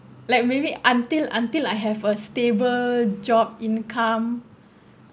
like maybe until until I have a stable job income